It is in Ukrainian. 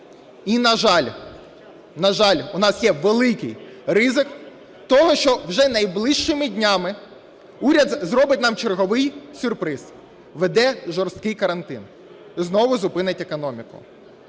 на жаль, у нас є великий ризик того, що вже найближчими днями уряд зробить нам черговий сюрприз: введе жорсткий карантин, знову зупинить економіку.